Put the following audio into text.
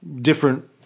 different